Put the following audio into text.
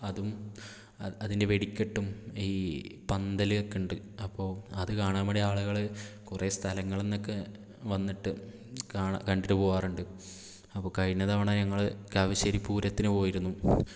അതും അതിൻ്റെ വെടിക്കെട്ടും ഈ പന്തലൊക്കെയുണ്ട് അപ്പോൾ അത് കാണാൻ വേണ്ടി ആളുകള് കുറേ സ്ഥലങ്ങളിൽനിന്നൊക്കെ വന്നിട്ട് കാണാ കണ്ടിട്ട് പോകാറുണ്ട് അപ്പോൾ കഴിഞ്ഞ തവണ ഞങ്ങള് കാവശ്ശേരി പൂരത്തിന് പോയിരുന്നു